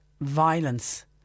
violence